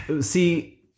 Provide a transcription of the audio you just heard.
see